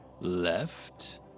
left